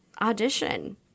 audition